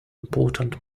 important